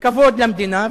כבוד למדינה ולחוקים,